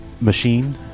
machine